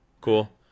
Cool